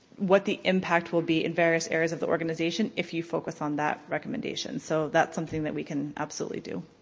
what the impact will be in various areas of the organization if you focus on that recommendation. so that's something that we can absolutely do.